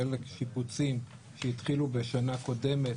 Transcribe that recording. חלק שיפוצים שהתחילו בשנה קודמת